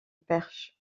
perche